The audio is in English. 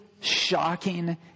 shocking